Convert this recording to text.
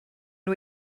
nhw